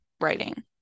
writing